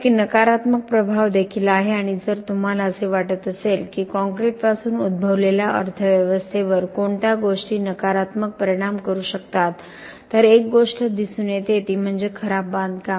एक नकारात्मक प्रभाव देखील आहे आणि जर तुम्हाला असे वाटत असेल की काँक्रीटपासून उद्भवलेल्या अर्थव्यवस्थेवर कोणत्या गोष्टी नकारात्मक परिणाम करू शकतात तर एक गोष्ट दिसून येते ती म्हणजे खराब बांधकाम